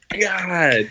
god